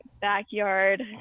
backyard